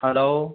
hello